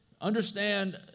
understand